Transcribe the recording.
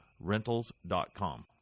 Rentals.com